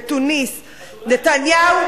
בתוניסיה,